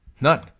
None